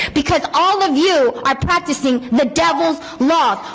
because all of you are practicing the devil's not.